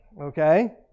Okay